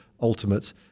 ultimate